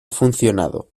funcionado